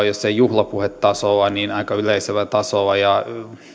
jos ei juhlapuhetasolla niin aika yleisellä tasolla ja